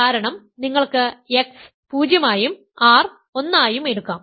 കാരണം നിങ്ങൾക്ക് x 0 ആയും R 1 ആയും എടുക്കാം